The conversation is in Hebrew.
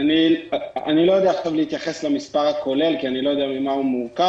אני לא יודע להתייחס עכשיו למספר הכולל כי אני לא יודע ממה הוא מורכב.